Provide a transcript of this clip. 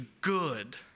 good